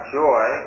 joy